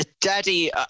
Daddy